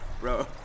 bro